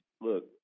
look